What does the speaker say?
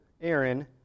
Aaron